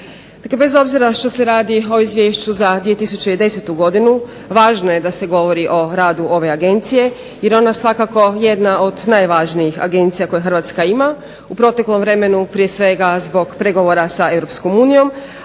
bez obzira što se radi o izvješću za 2010. godinu važno je da se govori o radu ove agencije jer ona je svakako jedna od najvažnijih agencija koje Hrvatska ima u proteklom vremenu, prije svega zbog pregovora s EU,